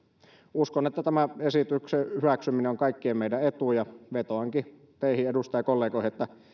uskon että tämän esityksen hyväksyminen on kaikkien meidän etu ja vetoankin teihin edustajakollegoihin että